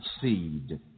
seed